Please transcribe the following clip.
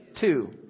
Two